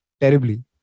terribly